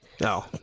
No